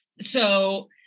So-